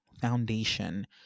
foundation